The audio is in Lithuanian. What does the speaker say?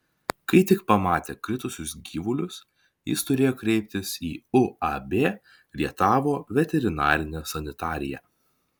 kai tik pamatė kritusius gyvulius jis turėjo kreiptis į uab rietavo veterinarinę sanitariją